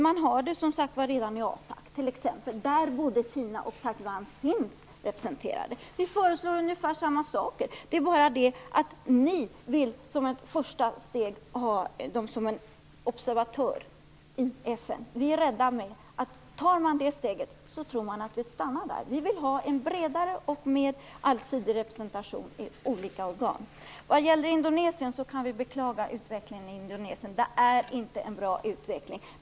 Man har det redan i t.ex. Apac, där både Kina och Taiwan finns representerade. Vi föreslår ungefär samma saker - det är bara det att Folkpartiet som ett första steg vill ha Taiwan som en observatör i FN. Vi är rädda för att det stannar där, om man tar det steget. Vi vill har en bredare och mer allsidig representation i olika organ. Utvecklingen i Indonesien kan vi beklaga. Det är inte en bra utveckling.